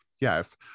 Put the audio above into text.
Yes